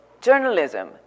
journalism